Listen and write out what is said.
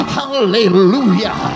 Hallelujah